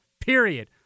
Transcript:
period